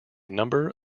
number